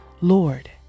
Lord